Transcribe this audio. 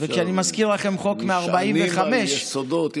אפשר לומר: נשענים על יסודות,